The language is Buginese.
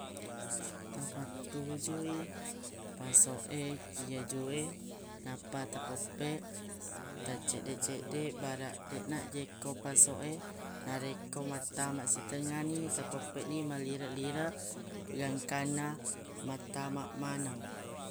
Ta pafattuju i pasoq e ki aju e nappa ta peppeq ta ceddeq-ceddeq baraq deq najjekko pasoq e narekko mattama sitengnga ni ta peppeq ni malireq-lireq gangkanna mattama maneng.